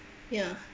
ya